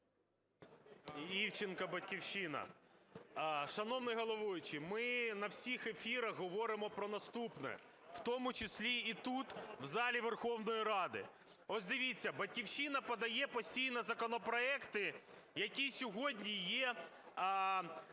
Івченко, "Батьківщина". Шановний головуючий, ми на всіх ефірах говоримо про наступне, в тому числі і тут, в залі Верховної Ради. Ось дивіться, "Батьківщина" подає постійно законопроекти, які сьогодні є,